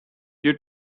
you